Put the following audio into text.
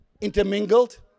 intermingled